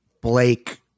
blake